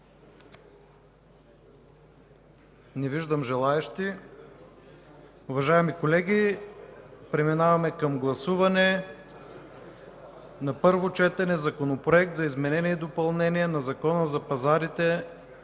Не виждам желаещи. Уважаеми колеги, преминаваме към гласуване на първо четене на Законопроект за изменение и допълнение на Закона за пазарите